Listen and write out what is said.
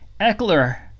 Eckler